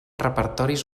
repertoris